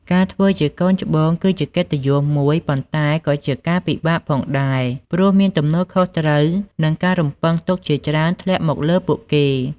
ការធ្វើជាកូនច្បងគឺជាកិត្តិយសមួយ ប៉ុន្តែក៏ជាការពិបាកផងដែរ ព្រោះមានទំនួលខុសត្រូវ និងការរំពឹងទុកជាច្រើនធ្លាក់មកលើពួកគេ។